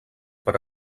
per